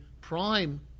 prime